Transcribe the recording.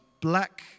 black